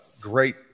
great